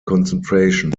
concentration